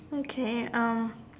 okay um